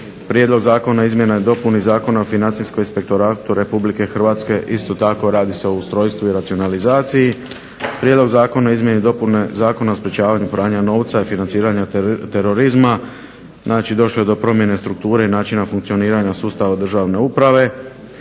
Prijedlog zakona o izmjeni i dopuni Zakona o financijskom inspektoratu RH isto tako radi se o ustrojstvu i racionalizaciji. Prijedlog zakona o izmjeni i dopuni Zakona o sprečavanju pranja novca i financiranju terorizma znači da je došlo do promjene strukture i načina funkcioniranja državne uprave